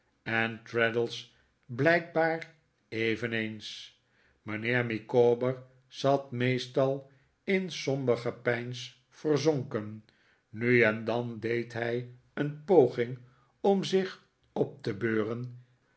en traddles blijkbaar eveneens mijnheer micawber zat meestal in somber gepeins verzonken nu en dan deed hij een poging om zich op te beuren